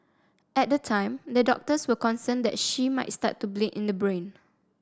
at the time the doctors were concerned that she might start to bleed in the brain